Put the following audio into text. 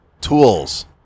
Tools